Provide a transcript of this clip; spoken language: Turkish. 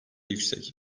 yüksek